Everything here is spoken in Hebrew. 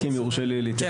רק אם יורשה לי להתייחס.